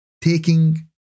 taking